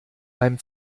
beim